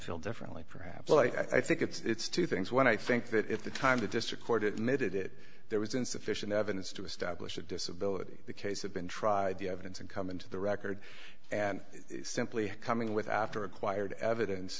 feel differently perhaps but i think it's two things one i think that if the time the district court admitted it there was insufficient evidence to establish a disability the case had been tried the evidence and come into the record and simply coming with after acquired evidence